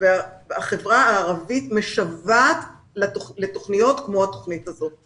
החברה הערבית משוועת לתוכניות כמו התוכנית הזאת.